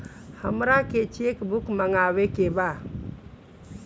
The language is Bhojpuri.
हमारा के चेक बुक मगावे के बा?